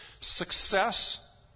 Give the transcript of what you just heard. success